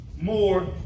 more